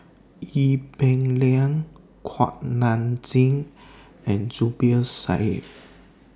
Ee Peng Liang Kuak Nam Jin and Zubir Said